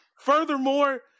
Furthermore